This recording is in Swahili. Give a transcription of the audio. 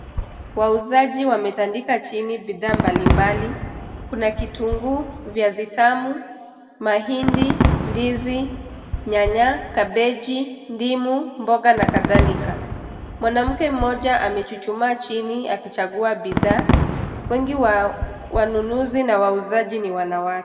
Wauzaji wametandika chini bidhaa mbalimbali. Kuna kitunguu, viazi tamu, mahindi, ndizi, nyanya, kabichi, ndimu, mboga na kadhalika. Mwanamke mmoja amechuchumaa chini akichagua bidhaa. Wengi wa wanunuzi na wauzaji ni wanawake.